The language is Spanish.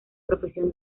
profesión